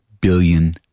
billion